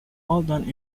eldon